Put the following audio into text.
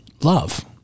love